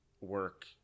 work